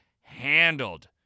handled